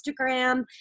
Instagram